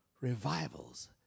Revivals